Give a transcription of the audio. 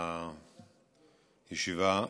הישיבה.